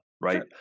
right